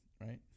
right